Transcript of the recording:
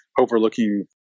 overlooking